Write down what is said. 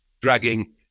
dragging